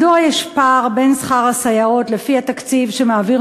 מדוע יש פער בין שכר הסייעות לפי התקציב שמעביר